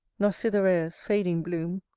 nor cytherea's fading bloom,